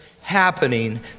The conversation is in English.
happening